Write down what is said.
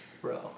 Bro